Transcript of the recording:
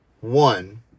One